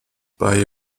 bei